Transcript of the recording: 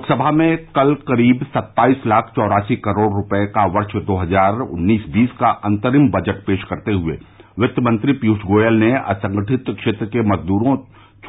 लोकसभा में कल करीब सत्ताईस लाख चौरासी करोड़ रुपये का वर्ष दो हजार उन्नीस बीस का अंतरिम बजट पेश करते हुए वित्तमंत्री पीयूष गोयल ने असंगठित क्षेत्र के मजदूरो